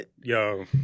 yo